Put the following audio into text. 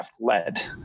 led